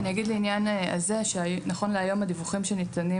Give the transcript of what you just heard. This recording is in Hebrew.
אני אגיד לעניין זה שנכון להיום הדיווחים שניתנים